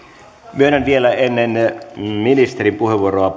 myönnän vielä ennen ministerin puheenvuoroa